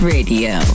Radio